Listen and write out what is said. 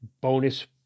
bonus